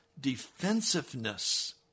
defensiveness